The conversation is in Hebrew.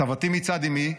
סבתי מצד אימי,